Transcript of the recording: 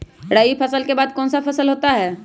रवि फसल के बाद कौन सा फसल होता है?